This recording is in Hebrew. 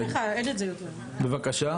אני מניחה שהם מבינים את גודל וחשיבות האירוע.